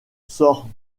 sort